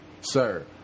sir